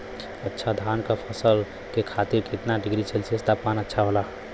अच्छा धान क फसल के खातीर कितना डिग्री सेल्सीयस तापमान अच्छा होला?